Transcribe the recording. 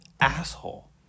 asshole